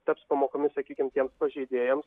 taps pamokomis sakykim tiems pažeidėjams